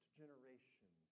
generation